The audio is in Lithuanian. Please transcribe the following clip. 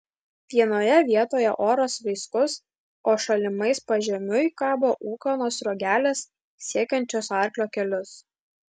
vienoje vietoje oras vaiskus o šalimais pažemiui kabo ūkanos sruogelės siekiančios arklio kelius